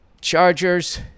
Chargers